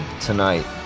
tonight